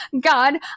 God